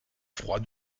froid